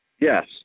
Yes